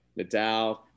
Nadal